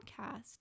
podcast